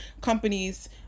companies